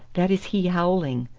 that is he howling.